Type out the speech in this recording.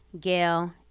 Gail